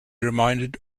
reminded